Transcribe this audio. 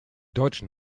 deutschen